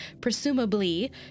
presumably